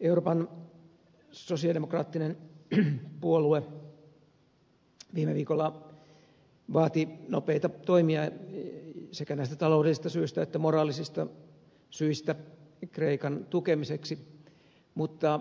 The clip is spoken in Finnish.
euroopan sosiaalidemokraattinen puolue vaati viime viikolla nopeita toimia sekä näistä taloudellisista syistä että moraalisista syistä kreikan tukemiseksi mutta